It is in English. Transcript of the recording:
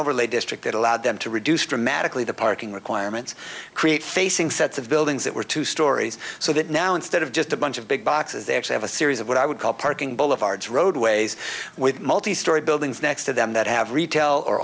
overlay district that allowed them to reduce dramatically the parking requirements create facing sets of buildings that were two stories so that now instead of just a bunch of big boxes they actually have a series of what i would call parking boulevards roadways with multi story buildings next to them that have retail or